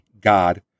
God